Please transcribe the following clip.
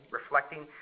reflecting